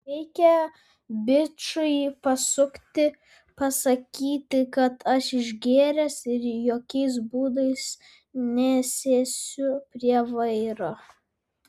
reikia bičui pasukti pasakyti kad aš išgėręs ir jokiais būdais nesėsiu prie vairo